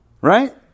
Right